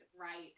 right